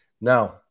Now